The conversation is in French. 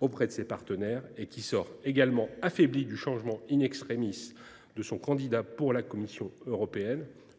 auprès de ses partenaires et qui sort également affaiblie du changement de son candidat pour la Commission européenne